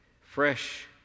fresh